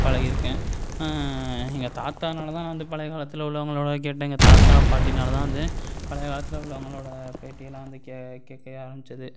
பழகிருக்கேன் எங்கள் தாத்தானால் தான் நான் வந்து பழைய காலத்தில் உள்ளவங்களோடதை கேட்டேன் எங்கள் தாத்தா பாட்டினால் தான் வந்து பழைய காலத்தில் உள்ளவங்களோட பேட்டியெல்லாம் வந்து கே கேட்கவே ஆரம்பிச்சது